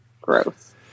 Gross